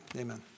Amen